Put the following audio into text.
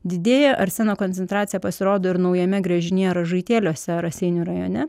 didėja arseno koncentracija pasirodo ir naujame gręžinyje ražaitėliuose raseinių rajone